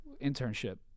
internship